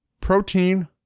Protein